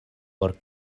por